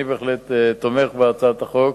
אני בהחלט תומך בהצעת החוק,